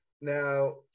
Now